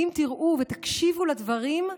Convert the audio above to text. אם תראו ותקשיבו לדברים,